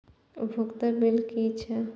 उपयोगिता बिल कि छै?